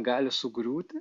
gali sugriūti